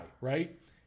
right